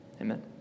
amen